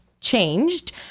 changed